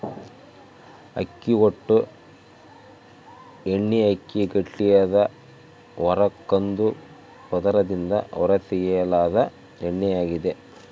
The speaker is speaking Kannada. ಅಕ್ಕಿ ಹೊಟ್ಟು ಎಣ್ಣೆಅಕ್ಕಿಯ ಗಟ್ಟಿಯಾದ ಹೊರ ಕಂದು ಪದರದಿಂದ ಹೊರತೆಗೆಯಲಾದ ಎಣ್ಣೆಯಾಗಿದೆ